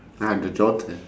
ah the daughter